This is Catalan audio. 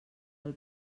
del